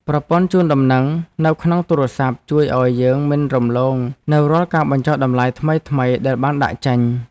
ប្រព័ន្ធជូនដំណឹងនៅក្នុងទូរស័ព្ទជួយឱ្យយើងមិនរំលងនូវរាល់ការបញ្ចុះតម្លៃថ្មីៗដែលបានដាក់ចេញ។